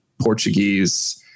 Portuguese